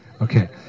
Okay